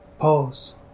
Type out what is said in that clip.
Pause